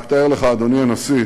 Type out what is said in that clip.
רק תאר לך, אדוני הנשיא,